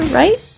right